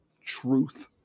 truth